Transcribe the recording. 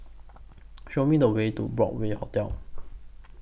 Show Me The Way to Broadway Hotel